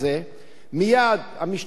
מייד המשטרה מגיעה,